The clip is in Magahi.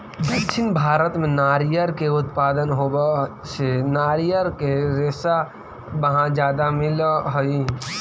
दक्षिण भारत में नारियर के उत्पादन होवे से नारियर के रेशा वहाँ ज्यादा मिलऽ हई